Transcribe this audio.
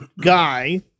guy